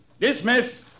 Dismiss